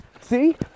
See